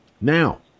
now